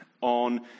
on